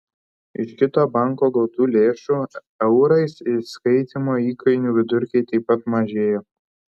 iš kito banko gautų lėšų eurais įskaitymo įkainių vidurkiai taip pat mažėjo